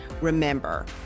Remember